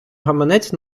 гаманець